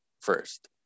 first